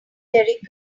derek